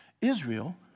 Israel